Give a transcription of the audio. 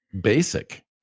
basic